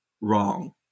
Wrong